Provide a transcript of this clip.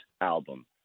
album